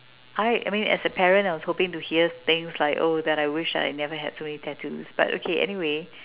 alright I mean as a parent I was hoping to hear things like oh that I wish I never had so many tattoos but okay anyway